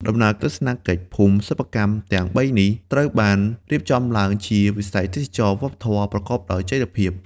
ដំណើរទស្សនកិច្ចភូមិសិប្បកម្មទាំងបីនេះ ត្រូវបានរៀបចំឡើងជា វិស័យទេសចរណ៍វប្បធម៌ ប្រកបដោយចីរភាព។